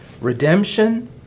Redemption